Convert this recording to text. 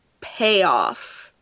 payoff